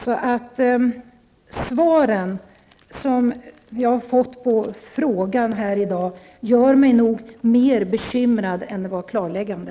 De svar som jag har fått på mina frågor gör mig nog mer bekymrad än de var klarläggande.